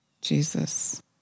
Jesus